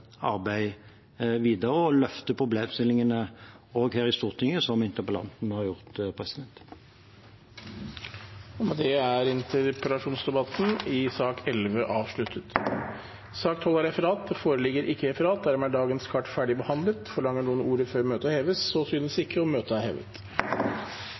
videre og løfter problemstillingene også her i Stortinget, som interpellanten har gjort. Med det er interpellasjonsdebatten i sak nr. 11 avsluttet. Det foreligger ikke noe referat. Dermed er dagens kart ferdigbehandlet. Forlanger noen ordet før møtet heves? – Så synes